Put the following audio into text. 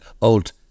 old